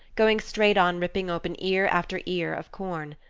going straight on ripping open ear after ear of corn.